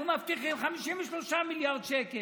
אנחנו מבטיחים 53 מיליארד שקל.